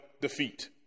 defeat